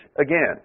again